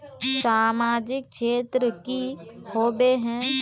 सामाजिक क्षेत्र की होबे है?